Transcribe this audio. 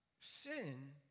sin